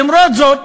למרות זאת,